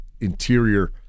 interior